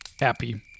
happy